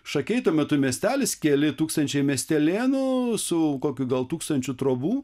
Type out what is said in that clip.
šakiai tuo metu miestelis keli tūkstančiai miestelėnų su kokiu gal tūkstančiu trobų